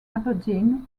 aberdeen